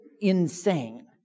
insane